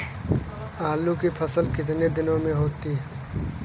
आलू की फसल कितने दिनों में होती है?